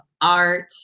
art